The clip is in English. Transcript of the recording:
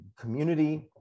community